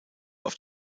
auf